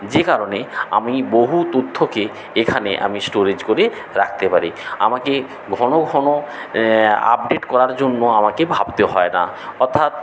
যে কারণে আমি বহু তথ্যকে এখানে আমি স্টোরেজ করে রাখতে পারি আমাকে ঘন ঘন আপডেট করার জন্য আমাকে ভাবতে হয় না অর্থাৎ